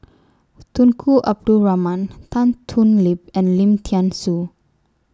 Tunku Abdul Rahman Tan Thoon Lip and Lim Thean Soo